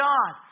God